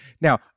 Now